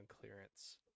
clearance